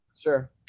Sure